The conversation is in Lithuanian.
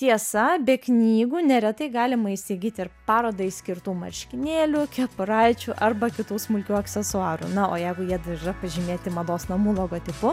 tiesa be knygų neretai galima įsigyti ir parodai skirtų marškinėlių kepuraičių arba kitų smulkių aksesuarų na o jeigu jie dar yra pažymėti mados namų logotipu